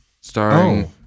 starring